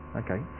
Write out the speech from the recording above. okay